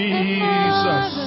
Jesus